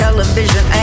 television